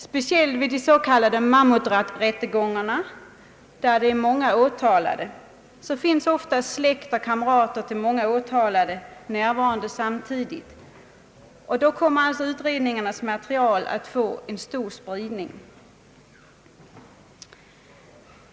Speciellt vid de s.k. mammuträttegångarna med många åtalade finns ofta släkt och kamrater till de åtalade närvarande samtidigt, och då kommer utredningens material att få stor spridning.